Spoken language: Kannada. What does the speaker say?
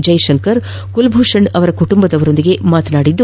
ಜೈಶಂಕರ್ ಕುಲ್ಭೂಷಣ್ ಅವರ ಕುಟುಂಬದೊಂದಿಗೆ ಮಾತನಾಡಿದ್ದಾರೆ